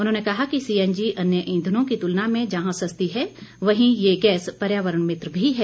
उन्होंने कहा कि सीएनजी अन्य ईंधनों की तुलना में जहां सस्ती है वहीं ये गैस पर्यावरण मित्र भी है